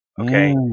okay